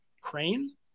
Crane